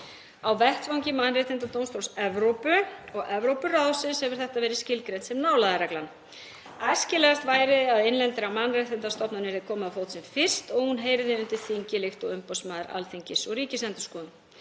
Á vettvangi Mannréttindadómstóls Evrópu og Evrópuráðsins hefur þetta verið skilgreint sem nálægðarreglan. Æskilegast væri að innlendri mannréttindastofnun yrði komið á fót sem fyrst og að hún heyrði undir þingið líkt og umboðsmaður Alþingis og Ríkisendurskoðun.